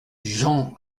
jean